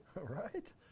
Right